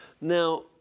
Now